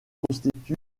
constitue